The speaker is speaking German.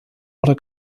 oder